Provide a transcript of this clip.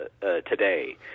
today